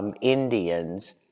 Indians